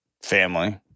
family